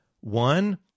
One